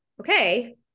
okay